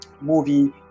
movie